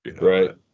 Right